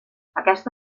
aquesta